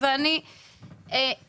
אנחנו